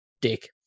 dick